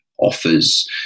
offers